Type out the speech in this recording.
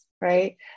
right